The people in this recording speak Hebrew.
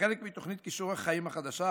כחלק מתוכנית כישורי חיים החדשה,